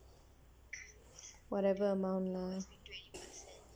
whatever amount lah